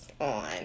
on